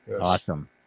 awesome